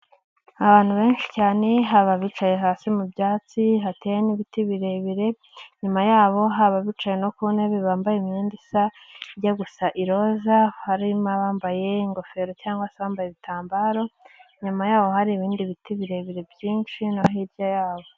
Abantu benshi cyane, haba bicaye hasi mu byatsi hateye n'ibiti birebire, inyuma yabo haba abicaye no ku ntebe bambaye imyenda isa, ijya gusa iroza harimo abambaye ingofero cyangwa se abambaye ibitambaro, inyuma yaho hari ibindi biti birebire byinshi no hirya yaho.